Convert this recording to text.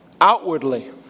Outwardly